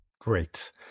Great